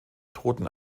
toten